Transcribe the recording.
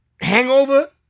Hangover